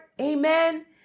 Amen